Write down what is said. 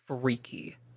freaky